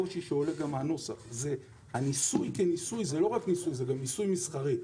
ניסוי מסחרי.